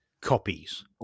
copies